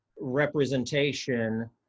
representation